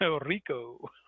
Rico